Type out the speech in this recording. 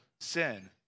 sin